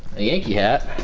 a yankee hat,